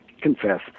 confess